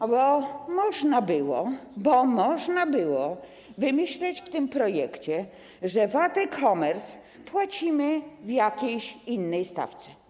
Ale można było - bo można było - wymyślić w tym projekcie, że VAT e-commerce płacimy w jakiejś innej stawce.